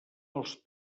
als